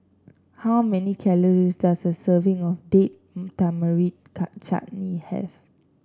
how many calories does a serving of Date Tamarind Chutney have